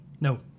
No